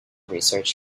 research